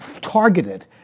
targeted